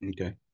okay